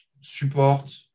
support